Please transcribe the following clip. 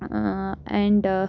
ٲں اینٛڈ